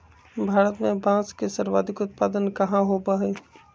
भारत में बांस के सर्वाधिक उत्पादन कहाँ होबा हई?